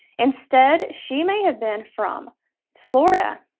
instead, she may have been from florida,